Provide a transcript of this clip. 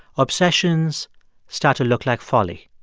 obsessions start to look like folly.